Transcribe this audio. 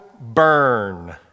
burn